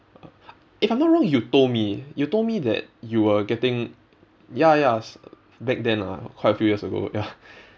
if I'm not wrong you told me you told me that you were getting ya ya s~ back then ah quite a few years ago ya